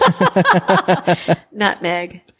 Nutmeg